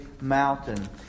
mountain